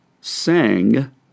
sang